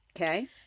Okay